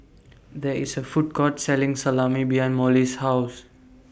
There IS A Food Court Selling Salami behind Mollie's House